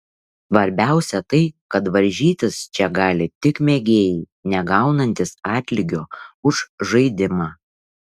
svarbiausia tai kad varžytis čia gali tik mėgėjai negaunantys atlygio už žaidimą